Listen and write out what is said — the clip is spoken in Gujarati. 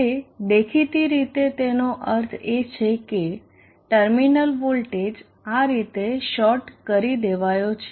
તે દેખીતી રીતે તેનો અર્થ એ થશે કે ટર્મિનલ વોલ્ટેજ આ રીતે શોર્ટ કરી દેવાયો છે